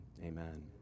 amen